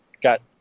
got